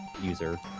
user